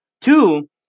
Two